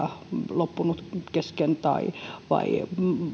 loppunut kesken vai ei